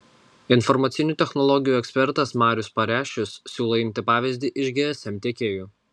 informacinių technologijų ekspertas marius pareščius siūlo imti pavyzdį iš gsm tiekėjų